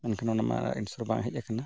ᱢᱮᱱᱠᱷᱟᱱ ᱚᱱᱟᱢᱟ ᱮᱱᱥᱟᱨ ᱵᱟᱝ ᱦᱮᱡ ᱠᱟᱱᱟ